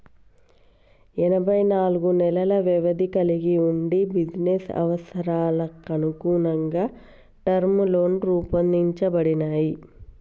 ఎనబై నాలుగు నెలల వ్యవధిని కలిగి వుండి బిజినెస్ అవసరాలకనుగుణంగా టర్మ్ లోన్లు రూపొందించబడినయ్